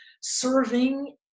Serving